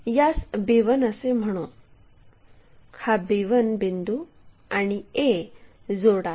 यास b1 असे म्हणू हा b1 बिंदू आणि a जोडा